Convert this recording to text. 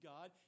God